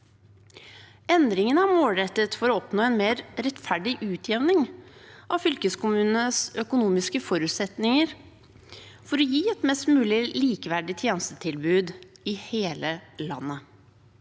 Endringene er målrettet for å oppnå en mer rettferdig utjevning av fylkeskommunenes økonomiske forutsetninger, for å gi et mest mulig likeverdig tjenestetilbud i hele landet.